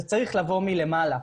זה צריך לבוא מלמעלה.